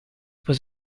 was